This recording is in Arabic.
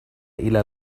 إلى